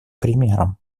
примером